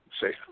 Say